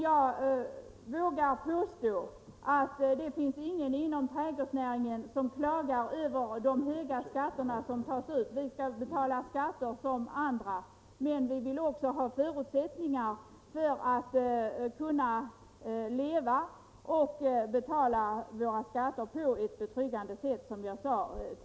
Jag vågar påstå att ingen inom trädgårdsnäringen mer än andra klagar över de höga skatter som tas ut. Vi skall betala skatter som alla andra, men vi vill också, som jag sade tidigare, ha betryggande möjligheter att kunna leva och betala våra skatter.